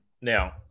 Now